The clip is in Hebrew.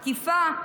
תקיפה.